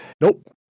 Nope